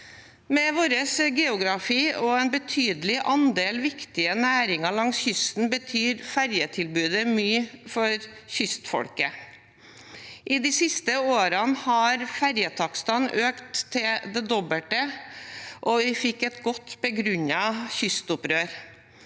Med vår geografi og en betydelig andel viktige næringer langs kysten betyr ferjetilbudet mye for kystfolket. I de siste årene har ferjetakstene økt til det dobbelte, og vi fikk et godt begrunnet kystopprør.